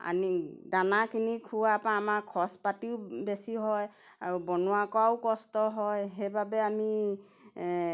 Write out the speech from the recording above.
আনি দানাখিনি খোৱা পা আমাৰ খৰচপাতিও বেছি হয় আৰু বনোৱা কৰাও কষ্ট হয় সেইবাবে আমি